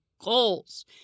goals